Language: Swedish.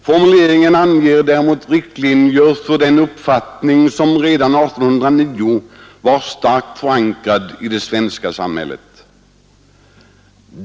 Formuleringen anger däremot riktlinjer för den uppfattning som redan 1809 var starkt förankrad i det svenska samhället.